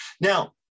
Now